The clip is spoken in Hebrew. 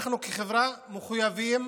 אנחנו כחברה מחויבים